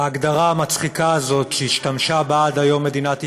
ההגדרה המצחיקה הזאת שהשתמשה בה עד היום מדינת ישראל,